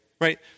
right